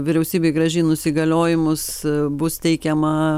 vyriausybei grąžinus įgaliojimus bus teikiama